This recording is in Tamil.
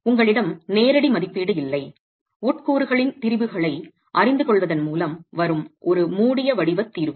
உங்களிடம் நேரடி மதிப்பீடு இல்லை உட்கூறுகளின் திரிபுகளை அறிந்து கொள்வதன் மூலம் வரும் ஒரு மூடிய வடிவ தீர்வு